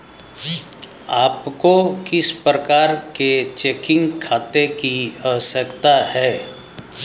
आपको किस प्रकार के चेकिंग खाते की आवश्यकता है?